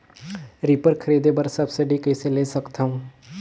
Reaper खरीदे बर subsidy कइसे ले सकथव?